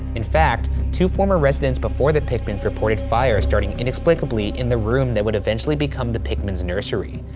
in fact, two former residents before the pickmans reported fires starting inexplicably in the room that would eventually become the pickman's nursery.